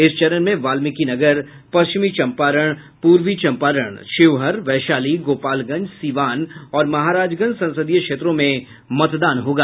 इस चरण में वाल्मीकिनगर पश्चिम चंपारण पूर्वी चंपारण शिवहर वैशाली गोपालगंज सीवान और महाराजगंज संसदीय क्षेत्रों में मतदान होगा